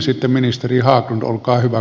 sitten ministeri haglund